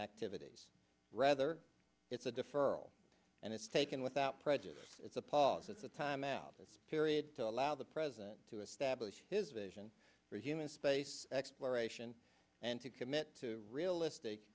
activities rather it's a deferral and it's taken without prejudice it's a pause it's a time out of this period to allow the president to establish his vision for human space exploration and to commit to realistic